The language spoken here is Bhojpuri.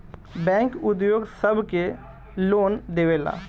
बैंक उद्योग सब के लोन देवेला